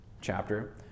chapter